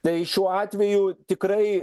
tai šiuo atveju tikrai